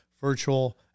virtual